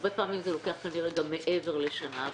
הרבה פעמים זה לוקח כנראה גם מעבר לשנה.